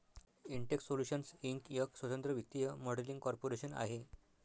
Intex Solutions Inc एक स्वतंत्र वित्तीय मॉडेलिंग कॉर्पोरेशन आहे